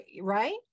right